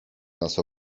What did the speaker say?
nas